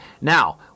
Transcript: Now